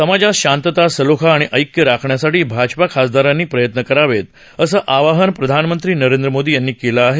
समाजात शांतता सलोखा आणि ऐक्य राखण्यासाठी भाजपा खासदारांनी प्रयत्न करावेत असं आवाहन प्रधानमंत्री नरेंद्र मोदी यांनी केलं आहे